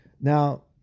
Now